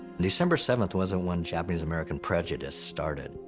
december seventh wasn't when japanese american prejudice started.